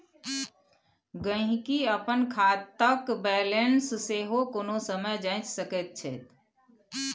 गहिंकी अपन खातक बैलेंस सेहो कोनो समय जांचि सकैत छै